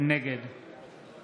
נגד